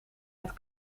het